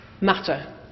matter